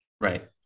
Right